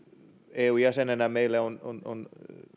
eu jäsenenä meille on on